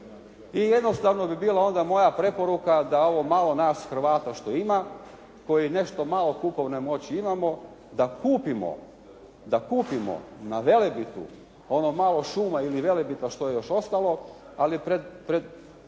I jednostavno bi bila onda moja preporuka da ovo malo nas Hrvata što ima koji nešto malo kupovne moći imamo da kupimo na Velebitu ono malo šuma ili Velebita što je još ostali, ali